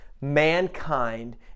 mankind